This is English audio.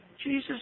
Jesus